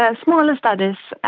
ah smaller studies,